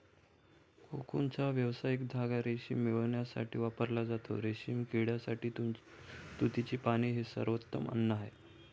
कोकूनचा व्यावसायिक धागा रेशीम मिळविण्यासाठी वापरला जातो, रेशीम किड्यासाठी तुतीची पाने हे सर्वोत्तम अन्न आहे